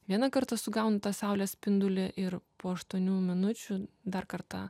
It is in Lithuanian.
vieną kartą sugaunu tą saulės spindulį ir po aštuonių minučių dar kartą